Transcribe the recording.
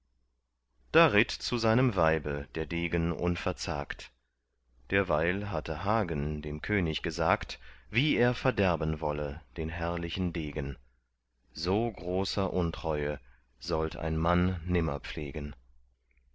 da ritt zu seinem weibe der degen unverzagt derweil hatte hagen dem könig gesagt wie er verderben wolle den herrlichen degen so großer untreue sollt ein mann nimmer pflegen